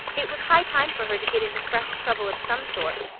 it was high time for her to get into fresh trouble of some sort,